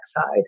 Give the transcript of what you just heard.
side